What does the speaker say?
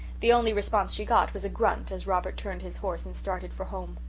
the only response she got was a grunt as robert turned his horse and started for home.